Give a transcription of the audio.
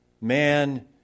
man